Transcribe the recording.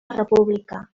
república